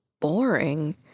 boring